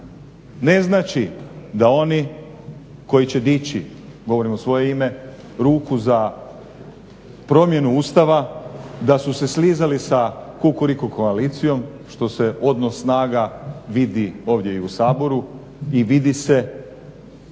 Ne znači da oni koji će dići ruku, govorim u svoje ime, ruku za promjenu Ustava, da su se slizali sa Kukuriku koalicijom što se odnos snaga vidi ovdje i u Saboru i vidi se